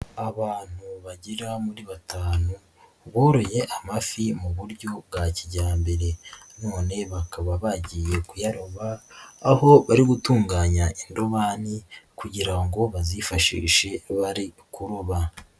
Abantu bagera muri batanu boroye amafi mu buryo bwa kijyambere, none bakaba bagiye kuyaroba aho bari gutunganya indobani kugira ngo bazifashishe bari kuroba.